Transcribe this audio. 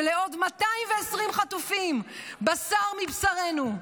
ולעוד 220 חטופים, בשר מבשרנו,